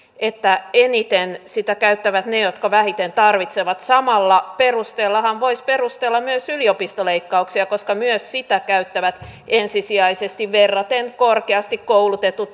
että eniten sitä tukea käyttävät ne jotka vähiten tarvitsevat samalla perusteellahan voisi perustella myös yliopistoleikkauksia koska myös siinä käyttäjät ovat ensisijaisesti verraten korkeasti koulutettuja